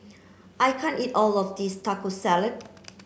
I can't eat all of this Taco Salad